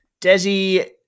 Desi